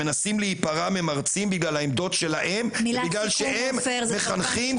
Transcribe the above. שמנסים להיפרע ממרצים בגלל העמדות שלהם ובגלל שהם מחנכים,